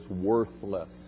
worthless